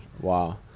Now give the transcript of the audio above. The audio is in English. Wow